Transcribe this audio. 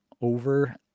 over